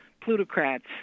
plutocrats